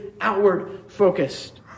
outward-focused